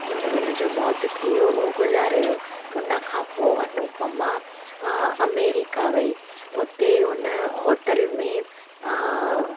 उन उनजो मौति थी वियो हू गुज़ारे वियो उनखां पोइ अनुपमा अमेरिका वई उते हुन होटल में